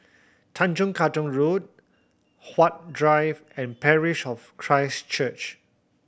Tanjong Katong Road Huat Drive and Parish of Christ Church